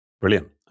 Brilliant